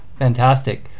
Fantastic